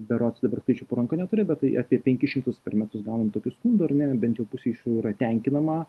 berods dabar skaičių po ranka neturiu bet tai apie penkis šimtus per metus gaunam tokių skundų ar ne bent jau pusė iš jų yra tenkinama